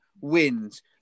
wins